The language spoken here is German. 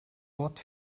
wort